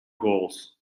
goals